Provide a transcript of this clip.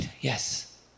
Yes